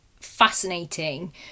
fascinating